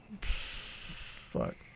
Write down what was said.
Fuck